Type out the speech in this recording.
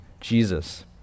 Jesus